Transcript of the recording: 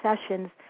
sessions